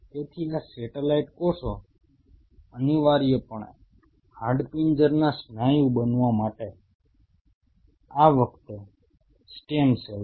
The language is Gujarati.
તેથી આ સેટેલાઈટ કોષો અનિવાર્યપણે હાડપિંજરના સ્નાયુ બનવા માટે આ વખતે સ્ટેમ સેલ છે